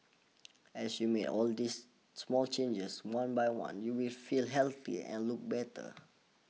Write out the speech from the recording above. as you make all these small changes one by one you will feel healthier and look better